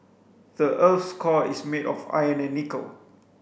the earth's core is made of iron and nickel